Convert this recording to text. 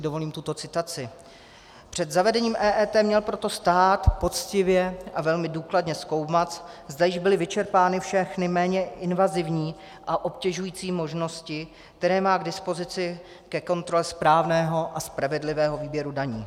Dovolím si tuto citaci: Před zavedením EET měl proto stát poctivě a velmi důkladně zkoumat, zda již byly vyčerpány všechny méně invazivní a obtěžující možnosti, které má k dispozici ke kontrole správného a spravedlivého výběru daní.